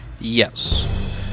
yes